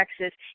texas